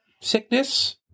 sickness